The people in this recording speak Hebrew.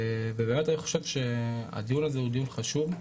אני באמת חושב שהדיון הזה הוא דיון חשוב,